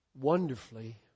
Wonderfully